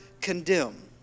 condemn